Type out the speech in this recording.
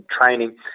training